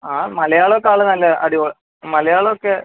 ആ മലയാളം ഒക്കെ ആൾ നല്ല അടിപൊളി മലയാളം ഒക്കെ